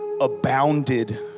abounded